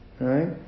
right